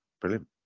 brilliant